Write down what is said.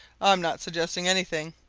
i'm not suggesting anything,